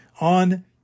on